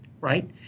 Right